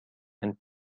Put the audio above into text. and